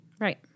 Right